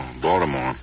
Baltimore